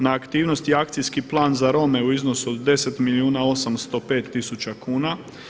Na aktivnosti – Akcijski plan za Rome u iznosu od 10 milijuna 805 tisuća kuna.